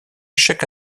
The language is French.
chaque